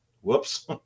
whoops